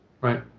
right